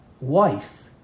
wife